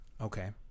Okay